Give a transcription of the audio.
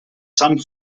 some